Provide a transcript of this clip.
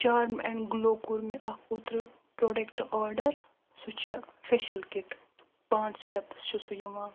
charm and glow کوٚر مےٚ اکھ اوٚترٕ پروڈٮ۪کٹ آڈر سُہ چھِ فیشل کِٹ پانٛژھ سٹیٚپٕس چھُ سُہ یِوان